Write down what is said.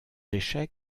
échec